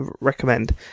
recommend